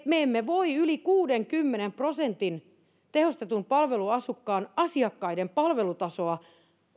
me emme voi yli kuudenkymmenen prosentin tehostetun palveluasumisen asiakkaiden palvelutasoa